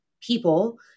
people